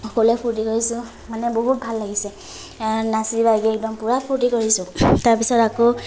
সকলোৱে ফূৰ্তি কৰিছোঁ মানে বহুত ভাল লাগিছে নাচি বাগি একদম পূৰা ফূৰ্তি কৰিছোঁ তাৰ পিছত আকৌ